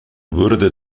wurde